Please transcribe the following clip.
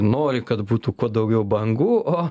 nori kad būtų kuo daugiau bangų o